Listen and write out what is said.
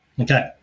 Okay